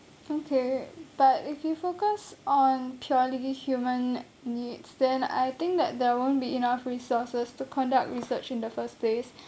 okay but if you focus on purely human n~ needs then I think that there won't be enough resources to conduct research in the first place